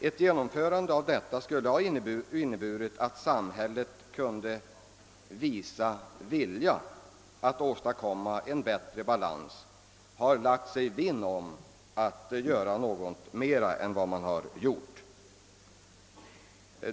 Ett genomförande av detta skulle ha inneburit att samhället visat vilja att åstadkomma en bättre balans och ha lagt sig vinn om att göra något mer än vad man har gjort.